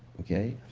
ok.